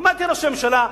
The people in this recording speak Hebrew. אמרתי לראש הממשלה,